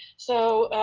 so